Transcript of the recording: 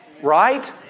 Right